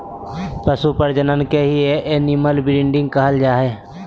पशु प्रजनन के ही एनिमल ब्रीडिंग कहल जा हय